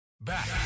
Back